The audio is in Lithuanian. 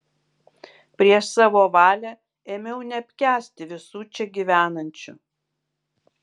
prieš savo valią ėmiau neapkęsti visų čia gyvenančių